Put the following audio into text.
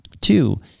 Two